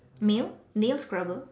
mail nail scrubber